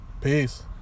peace